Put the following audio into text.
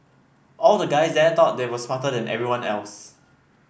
all the guys there thought they were smarter than everyone else